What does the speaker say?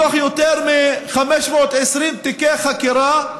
מתוך יותר מ-520 תיקי חקירה,